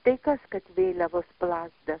tai kas kad vėliavos plazda